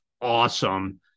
awesome